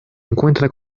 encuentra